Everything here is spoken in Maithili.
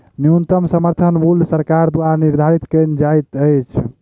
न्यूनतम समर्थन मूल्य सरकार द्वारा निधारित कयल जाइत अछि